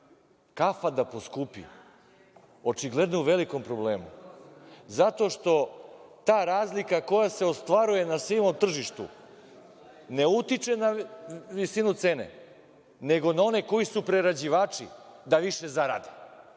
kafa da poskupi, očigled je u velikom problemu. Zato što ta razlika koja se ostvaruje na sivom tržištu ne utiče na visinu cene, nego na one koji su prerađivači da više zarade.